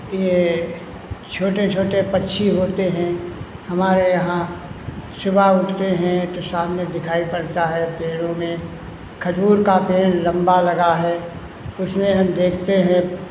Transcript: ये छोटे छोटे पक्षी होते हैं हमारे यहाँ सुबह उठते हैं तो सामने दिखाई पड़ता है पेड़ों में खजूर का पेड़ लंबा लगा है उसमें हम देखते हैं